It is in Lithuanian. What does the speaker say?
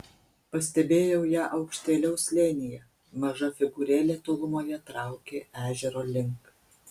pastebėjau ją aukštėliau slėnyje maža figūrėlė tolumoje traukė ežero link